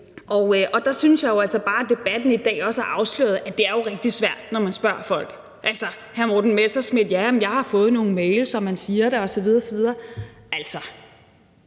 og der synes jeg altså bare, at debatten i dag også har afsløret, at det jo er rigtig svært, når man spørger folk. Hr. Morten Messerschmidt siger: Jamen jeg har fået nogle mails, og man siger det, osv.